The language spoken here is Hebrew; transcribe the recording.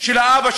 של האבא,